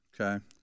Okay